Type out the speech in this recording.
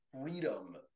freedom